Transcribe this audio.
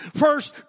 First